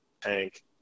tank